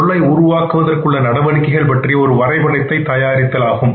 பொருளை உருவாக்குவதற்குள்ள நடவடிக்கைகள் பற்றிய ஒரு வரைபடத்தை தயாரித்தல் ஆகும்